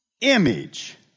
image